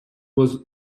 was